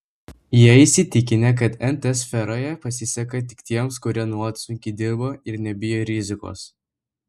jie įsitikinę kad nt sferoje pasiseka tik tiems kurie nuolat sunkiai dirba ir nebijo rizikos